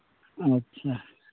ᱟᱪᱪᱷᱟ